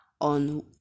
on